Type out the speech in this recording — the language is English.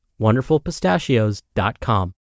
wonderfulpistachios.com